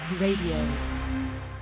Radio